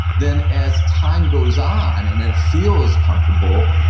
then as time goes on and it feels comfortable,